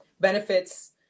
benefits